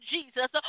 Jesus